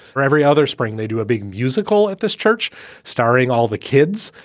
for every other spring, they do a big musical at this church starring all the kids.